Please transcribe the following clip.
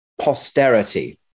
posterity